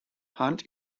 hunt